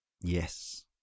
Yes